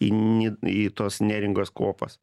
į ni į tos neringos kopas